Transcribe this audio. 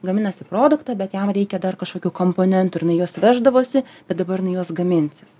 gaminasi produktą bet jam reikia dar kažkokių komponentų ir jinai juos veždavosi bet dabar jinai juos gaminsis